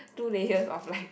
two layers of like